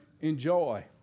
enjoy